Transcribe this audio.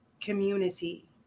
community